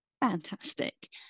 Fantastic